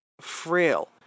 frail